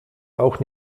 auch